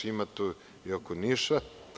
Ima tu i oko Niša.